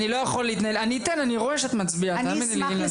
יש לי